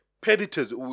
predators